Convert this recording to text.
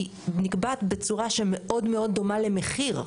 היא נקבעת בצורה שמאוד מאוד דומה למחיר.